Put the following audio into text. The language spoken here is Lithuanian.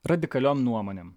radikaliom nuomonėm